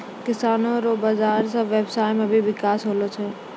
किसानो रो बाजार से व्यबसाय मे भी बिकास होलो छै